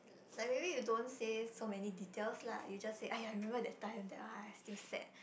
like maybe you don't say so many details lah you just say !aiya! remember that time that I feel sad